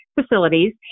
Facilities